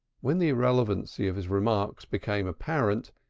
when the irrelevancy of his remarks became apparent,